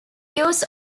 use